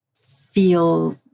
feel